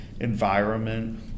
environment